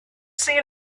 seen